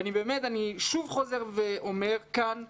אני שוב חוזר ואומר כאן בוועדה,